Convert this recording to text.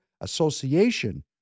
association